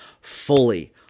fully